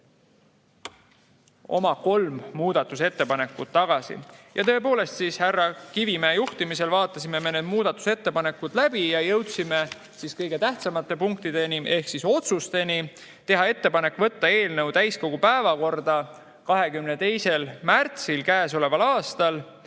oma kolm muudatusettepanekut tagasi. Härra Kivimäe juhtimisel me vaatasime need muudatusettepanekud läbi ja jõudsime siis kõige tähtsamate punktideni ehk otsusteni. Tehti ettepanek võtta eelnõu täiskogu päevakorda 22. märtsil käesoleval aastal.